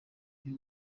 byo